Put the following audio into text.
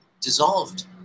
dissolved